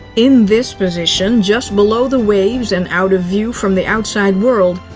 in this position, just below the waves and out of view from the outside world,